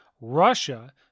Russia